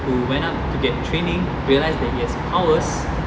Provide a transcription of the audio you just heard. who went out to get training realised that he has powers